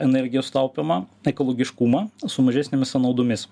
energijos taupymą ekologiškumą su mažesnėmis sąnaudomis